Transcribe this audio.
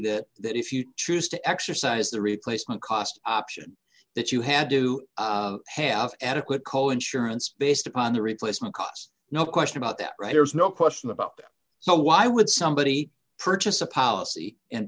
that that if you choose to exercise the replaced not cost option that you had to have adequate co insurance based upon the replacement cost no question about that right there's no question about that so why would somebody purchase a policy and